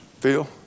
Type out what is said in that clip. Phil